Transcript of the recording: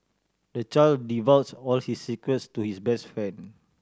the child divulged all his secrets to his best friend